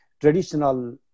traditional